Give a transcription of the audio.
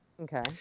Okay